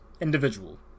individual